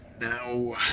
Now